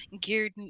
geared